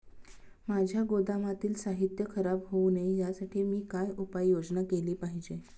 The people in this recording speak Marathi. माझ्या गोदामातील साहित्य खराब होऊ नये यासाठी मी काय उपाय योजना केली पाहिजे?